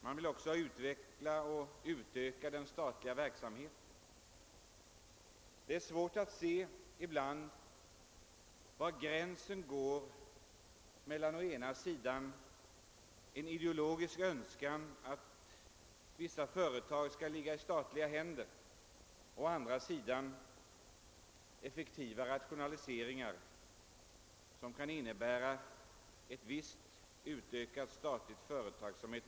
Man vill också utveckla och utöka den statliga verksamheten. Ibland är det svårt att se var gränsen går mellan å ena sidan en ideologiskt betingad önskan att vissa företag skall ligga i statliga händer och å andra sidan nödvändigheten av effektiva rationaliseringar, som kan innebära en vidgad statlig företagsamhet.